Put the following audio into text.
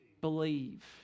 Believe